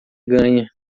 ganha